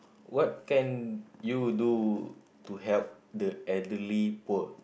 what can you do to help the elderly poor